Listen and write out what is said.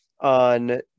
on